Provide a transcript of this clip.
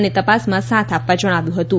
અને તપાસમાં સાથ આપવા જણાવ્યું હતું